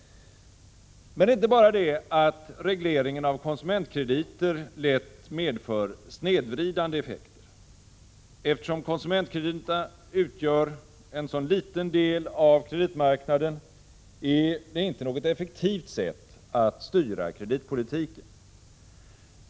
Men det är inte bara det att regleringen av konsumentkrediter lätt medför snedvridande effekter. Eftersom konsumentkrediterna utgör en så liten del av kreditmarknaden, är det inte något effektivt sätt att styra kreditpolitiken.